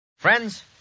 Friends